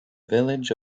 village